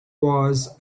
was